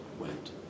went